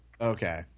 Okay